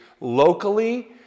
locally